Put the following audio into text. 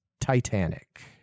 Titanic